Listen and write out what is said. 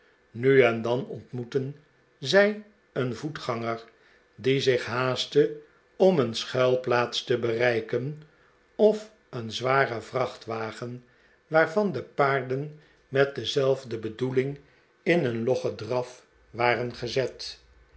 nu en dan ontmoetten zij een voetganger die zich haastte om een schuilplaats te bereiken of een zwaren vrachtwagen waarvan de paarden met dezelfde bedoeling in een loggen draf waren gezet